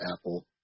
apple